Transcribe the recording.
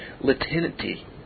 latinity